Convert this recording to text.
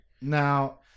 now